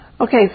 Okay